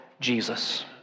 Jesus